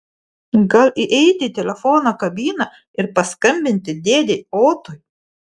gal įeiti į telefono kabiną ir paskambinti dėdei otui